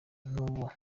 n’uwo